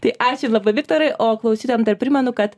tai ačiū labai viktorai o klausytojam dar primenu kad